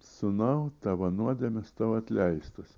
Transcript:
sūnau tavo nuodėmės tau atleistos